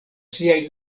siaj